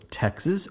Texas